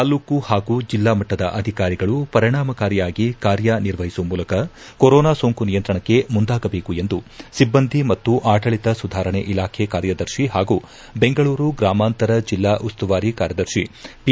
ತಾಲ್ಲೂಕು ಹಾಗೂ ಜಿಲ್ಲಾ ಮಟ್ಟದ ಅಧಿಕಾರಿಗಳು ಪರಿಣಾಮಕಾರಿಯಾಗಿ ಕಾರ್ಯ ನಿರ್ವಹಿಸುವ ಮೂಲಕ ಕೊರೋನಾ ಸೋಂಕು ನಿಯಂತ್ರಣಕ್ಕೆ ಮುಂದಾಗಬೇಕು ಎಂದು ಸಿಬ್ಬಂದಿ ಮತ್ತು ಆಡಳಿತ ಸುಧಾರಣೆ ಇಲಾಖೆ ಕಾರ್ಯದರ್ಶಿ ಹಾಗೂ ಬೆಂಗಳೂರು ಗ್ರಾಮಾಂತರ ಜಿಲ್ಲಾ ಉಸ್ತುವಾರಿ ಕಾರ್ಯದರ್ಶಿ ಪಿ